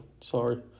Sorry